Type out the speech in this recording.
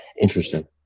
Interesting